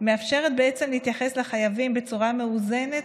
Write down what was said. מאפשר בעצם להתייחס לחייבים בצורה מאוזנת.